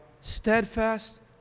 steadfast